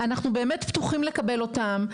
אנחנו באמת פתוחים לקבל אותם,